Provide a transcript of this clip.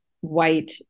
white